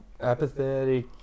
apathetic